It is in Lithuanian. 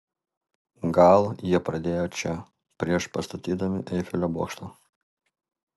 gal jie pradėjo čia prieš pastatydami eifelio bokštą